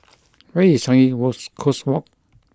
where is Changi was Coast Walk